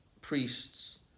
priests